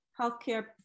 healthcare